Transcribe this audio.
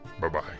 Bye-bye